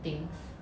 things